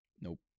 Nope